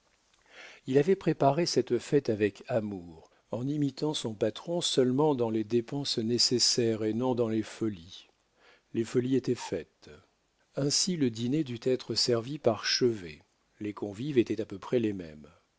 il avait préparé cette fête avec amour en imitant son patron seulement dans les dépenses nécessaires et non dans les folies les folies étaient faites ainsi le dîner dut être servi par chevet les convives étaient à peu près les mêmes